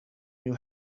knew